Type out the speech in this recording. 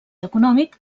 econòmic